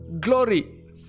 glory